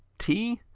t,